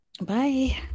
bye